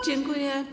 Dziękuję.